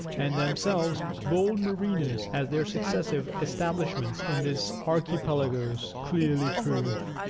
and themselves bold mariners, as their successive establishments in these archipelagos clearly prove.